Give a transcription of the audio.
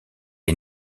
est